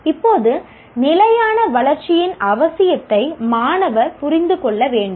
இப்போது நிலையான வளர்ச்சியின் அவசியத்தை மாணவர் புரிந்து கொள்ள வேண்டும்